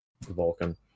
Vulcan